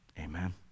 Amen